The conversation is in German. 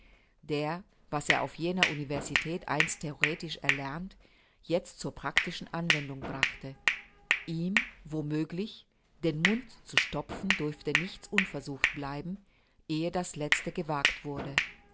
der was er auf jener universität einst theoretisch erlernt jetzt zur practischen anwendung brachte ihm wo möglich den mund zu stopfen durfte nichts unversucht bleiben ehe das letzte gewagt wurde